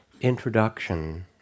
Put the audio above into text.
introduction